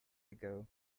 ago